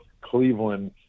Cleveland